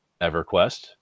everquest